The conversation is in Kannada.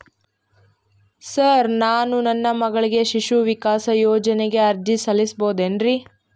ಸರ್ ನಾನು ನನ್ನ ಮಗಳಿಗೆ ಶಿಶು ವಿಕಾಸ್ ಯೋಜನೆಗೆ ಅರ್ಜಿ ಸಲ್ಲಿಸಬಹುದೇನ್ರಿ?